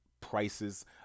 prices